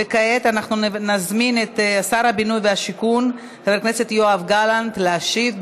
וכעת אנחנו נזמין את שר הבינוי והשיכון חבר הכנסת יואב גלנט להשיב.